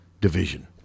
division